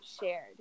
shared